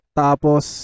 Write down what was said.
tapos